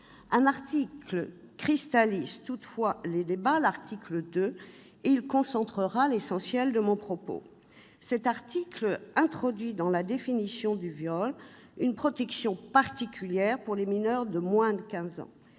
Un article cristallise toutefois les débats, l'article 2, sur lequel portera l'essentiel de mon propos. Cet article introduit dans la définition du viol une protection particulière pour les mineurs de quinze ans.